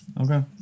okay